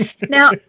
now